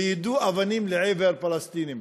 ויידו אבנים לעבר פלסטינים".